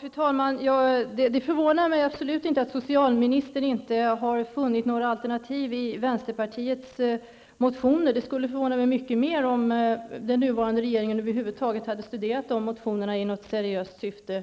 Fru talman! Det förvånar mig absolut inte att socialministern inte har funnit några alternativ i vänsterpartiets motioner. Det skulle förvåna mig mycket mer om den nuvarande regeringen över huvud taget hade studerat de motionerna i något seriöst syfte